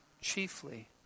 chiefly